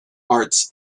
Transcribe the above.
arts